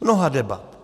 Mnoha debat.